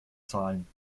zahlen